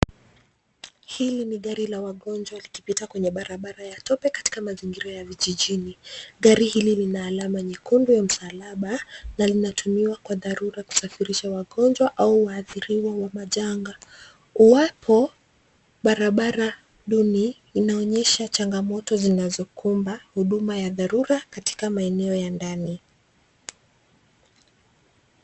Hili ni gari la wagonjwa likipita kwenye barabara ya tope katika mazingira ya vijijini. Gari hili lina alama nyekundu ya msalaba na linatumiwa kwa dharura kusafirisha wagonjwa au waathiriwa wa majanga. Uwapo barabara duni inaonyesha changamoto zinazokumba huduma ya dharura katika maeneo ya ndani.